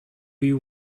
you